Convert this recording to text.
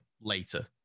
later